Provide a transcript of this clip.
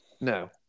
No